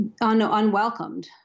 unwelcomed